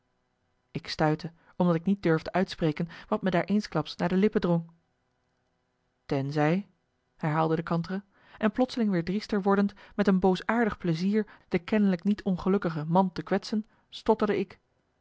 ik stuitte omdat ik niet durfde uitspreken wat me daar eensklaps naar de lippen drong tenzij herhaalde de kantere en plotseling weer driester wordend met een boosaardig plezier de kennelik niet ongelukkige man te kwetsen stotterde ik